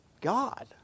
God